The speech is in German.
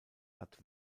hat